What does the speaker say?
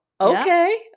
okay